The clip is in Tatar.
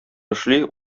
эшли